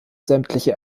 sämtliche